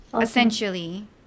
essentially